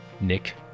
Nick